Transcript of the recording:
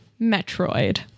Metroid